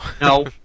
No